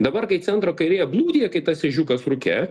dabar kai centro kairė blūdija kai tas ežiukas rūke